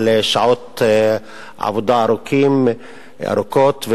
על שעות עבודה ארוכות,